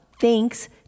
thanks